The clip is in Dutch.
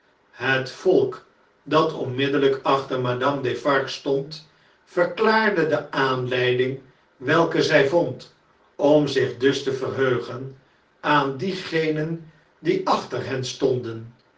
het volk dat onmiddelljjk achter madame defarge stond verklaarde de aanleiding welke zjj vond om zich dus te verheugen aan diegenen die achter hen stonden